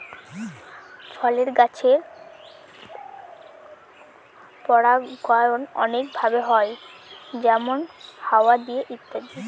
ফলের গাছের পরাগায়ন অনেক ভাবে হয় যেমন হাওয়া দিয়ে ইত্যাদি